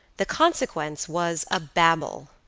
the consequence was a babel,